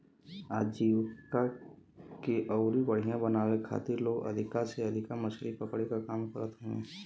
आजीविका के अउरी बढ़ियां बनावे के खातिर लोग अधिका से अधिका मछरी पकड़े क काम करत हवे